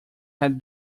had